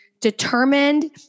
determined